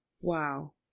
wow